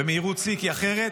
במהירות שיא, כי אחרת